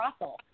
Russell